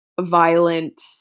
violent